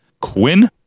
Quinn